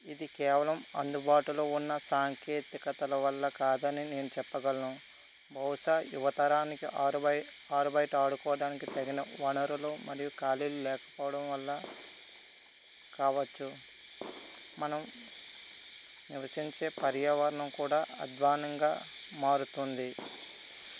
ఇది కేవలం అందుబాటులో ఉన్న సాంకేతికతల వల్ల కాదని నేను చెప్పగలను బహుశా యువతరానికి ఆరుబై ఆరుబయట ఆడుకోవడానికి తగిన వనరులు మరియు ఖాళీలు లేకపోవడం వల్ల కావచ్చు మనం నివసించే పర్యావరణం కూడా అద్వానంగా మారుతుంది